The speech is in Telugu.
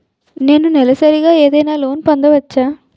నేను నెలసరిగా ఏదైనా లోన్ పొందవచ్చా?